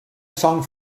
song